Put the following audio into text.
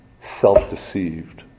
self-deceived